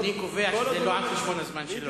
אני קובע שזה לא על-חשבון הזמן שלו.